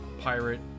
pirate